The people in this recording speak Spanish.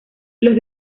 los